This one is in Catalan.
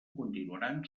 continuaran